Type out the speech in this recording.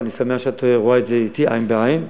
ואני שמח שאת רואה את זה אתי עין בעין.